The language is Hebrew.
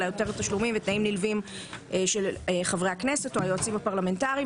אלא יותר תשלומים ותנאים נלווים של חברי הכנסת או היועצים הפרלמנטריים.